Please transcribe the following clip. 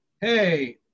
hey